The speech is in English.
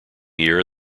year